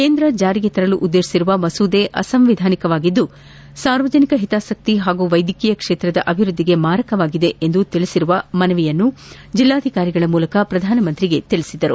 ಕೇಂದ್ರ ಜಾರಿಗೆ ತರಲು ಉದ್ಲೇಶಿಸಿರುವ ಮಸೂದೆ ಅಸಂವಿಧಾನಿಕವಾಗಿದ್ದು ಸಾರ್ವಜನಿಕ ಹಿತಾಸಕ್ತಿ ಹಾಗೂ ವೈದ್ಯಕೀಯ ಕ್ಷೇತ್ರದ ಅಭಿವೃದ್ದಿಗೆ ಮಾರಕವಾಗಿವೆ ಎಂದು ತಿಳಿಸಿರುವ ಮನವಿಯನ್ನು ಜಿಲ್ಲಾಧಿಕಾರಿಗಳ ಮೂಲಕ ಪ್ರಧಾನಮಂತ್ರಿಗೆ ತಿಳಿಸಿದರು